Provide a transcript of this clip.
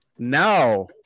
Now